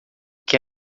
que